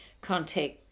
contact